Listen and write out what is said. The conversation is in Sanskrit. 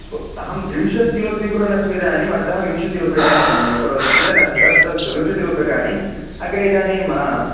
अहं त्रिंशत् किलो स्विकुर्वन् अस्मि इदानीम् अतः विंशतिरुप्यकाणि करोतु चिन्ता नास्ति अस्तु अस्तु विंशतिरुप्यकाणि अग्रे इदानीम् आम्